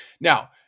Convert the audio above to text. now